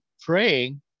praying